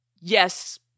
yes